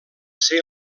ser